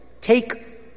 take